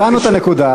הבנו את הנקודה,